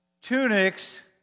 Tunics